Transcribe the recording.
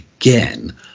Again